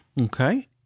Okay